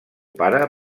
pare